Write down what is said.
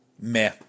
Meh